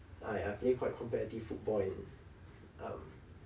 I I play quite competitive football and um